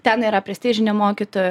ten yra prestižinė mokytojo